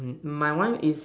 my one is